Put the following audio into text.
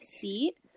seat